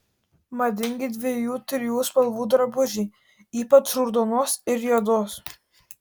madingi dviejų trijų spalvų drabužiai ypač raudonos ir juodos